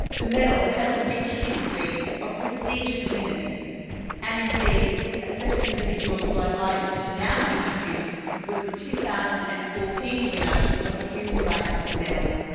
the middle has a rich history of prestigious winners and indeed a special individual who i'd like to now introduce was the two thousand and fourteen winner of the human rights medal.